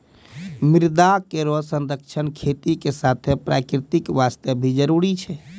मृदा केरो संरक्षण खेती के साथें प्रकृति वास्ते भी जरूरी छै